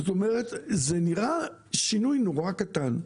זה נראה שינוי נורא קטן,